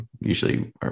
usually